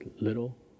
little